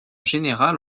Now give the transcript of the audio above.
général